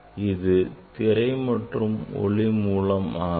இது திரை மற்றும் ஒளி மூலம் ஆகும்